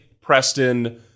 Preston